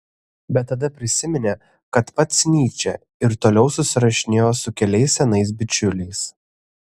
bet tada prisiminė kad pats nyčė ir toliau susirašinėjo su keliais senais bičiuliais